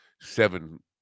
seven